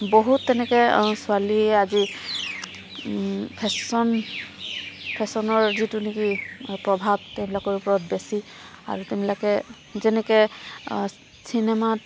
বহুত তেনেকৈ ছোৱালী আজি ফেশ্বন ফেশ্বনৰ যিটো নেকি প্ৰভাৱ তেওঁবিলাকৰ ওপৰত বেছি আৰু তেওঁবিলাকে যেনেকৈ চিনেমাত